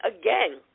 again